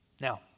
Now